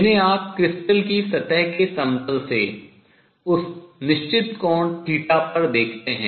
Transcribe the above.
जिन्हे आप क्रिस्टल की सतह के समतल से उस निश्चित कोण पर देखते हैं